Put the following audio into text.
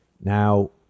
Now